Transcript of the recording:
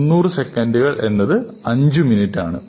300 സെക്കൻഡുകൾ എന്നത് അഞ്ചു മിനിറ്റ് ആണ്